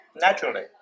naturally